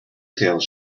tales